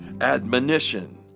admonition